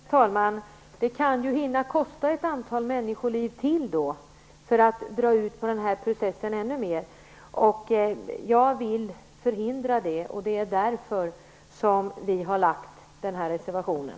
Herr talman! Det kan hinna kosta ett antal människoliv till att dra ut på den här processen ännu mer. Jag vill förhindra det. Det är därför vi har utformat den här reservationen.